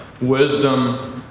Wisdom